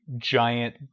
giant